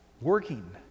Working